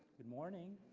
good morning.